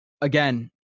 again